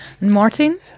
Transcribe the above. Martin